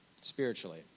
spiritually